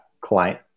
client